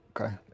okay